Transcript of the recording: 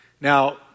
Now